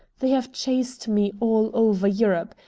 they have chased me all over europe.